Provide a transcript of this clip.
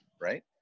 right